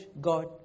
God